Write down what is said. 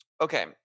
Okay